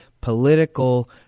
political